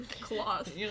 cloth